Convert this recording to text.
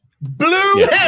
Blue